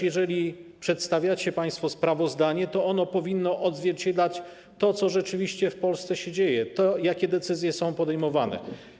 Jeżeli przedstawiacie państwo sprawozdanie, to ono powinno odzwierciedlać to, co rzeczywiście się w Polsce dzieje, jakie decyzje są podejmowane.